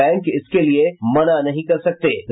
bank इसके लिए मना नहीं कर सकतें